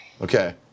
Okay